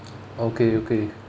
okay okay